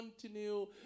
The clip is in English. continue